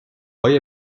های